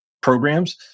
programs